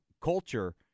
culture